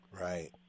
Right